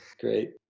Great